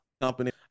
company